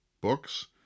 books